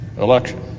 election